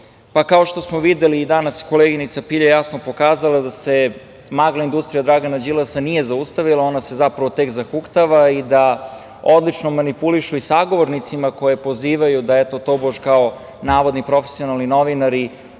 račune. Kao što smo videli danas, koleginica Pilja je jasno pokazala da se industrija Dragana Đilasa nije zaustavila, ona se zapravo tek zahuktava i da odlično manipulišu i sagovornicima koje pozivaju, da tobož navodni profesionalni novinari